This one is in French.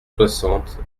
soixante